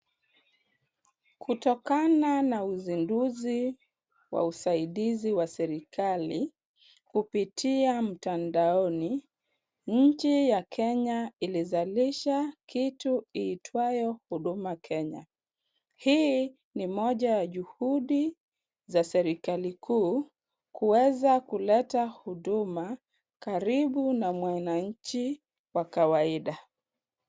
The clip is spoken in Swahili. Kutokana na uzinduzi wa usaidizi wa serikali kupitia mtandaoni, nchi ya Kenya ilizalisha kitu iitwayo Huduma Kenya. Hii ni moja ya juhudi za serikali kuu, kuweza kuleta huduma karibu na mwananchi wa kawaida.